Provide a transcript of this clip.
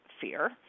fear